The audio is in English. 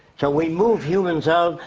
so we move humans out,